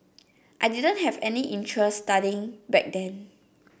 I didn't have any interest studying back then